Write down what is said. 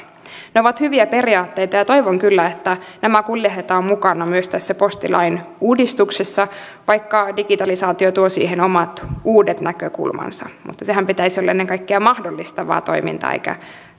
ne ovat hyviä periaatteita ja toivon kyllä että nämä kuljetetaan mukana myös tässä postilain uudistuksessa vaikka digitalisaatio tuo siihen omat uudet näkökulmansa mutta senhän pitäisi olla ennen kaikkea mahdollistavaa toimintaa eikä